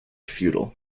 futile